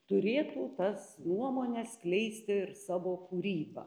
turėtų tas nuomones skleisti ir savo kūryba